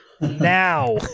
now